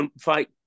fight